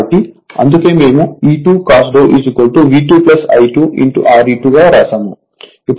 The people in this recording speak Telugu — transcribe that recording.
కాబట్టి అందుకే మేము E2 cos V2 I2 Re2 వ్రాసాము